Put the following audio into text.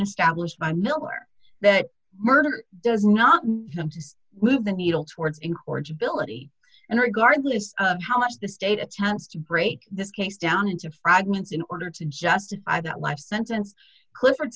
established by miller that murder does not move the needle towards in corage ability and regardless of how much the state a chance to break this case down into fragments in order to justify that life sentence cli